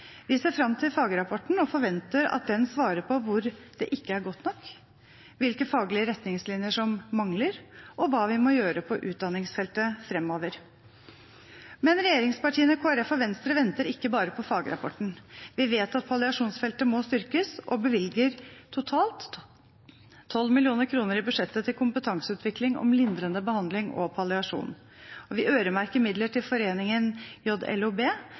Vi ser fram til fagrapporten og forventer at den svarer på hvor det ikke er godt nok, hvilke faglige retningslinjer som mangler, og hva vi må gjøre på utdanningsfeltet framover. Men regjeringspartiene, Kristelig Folkeparti og Venstre venter ikke bare på fagrapporten. Vi vet at palliasjonsfeltet må styrkes, og bevilger totalt 12 mill. kr i budsjettet til kompetanseutvikling om lindrende behandling og palliasjon. Vi øremerker midler til foreningen